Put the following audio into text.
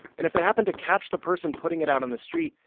and if they happened to catch the person putting it out on the street,